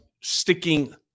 sticking